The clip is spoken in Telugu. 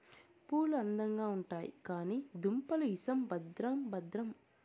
పూలు అందంగా ఉండాయి కానీ దుంపలు ఇసం భద్రం భద్రం